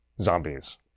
zombies